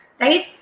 right